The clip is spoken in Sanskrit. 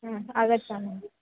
हा आगच्छामः